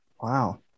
Wow